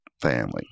family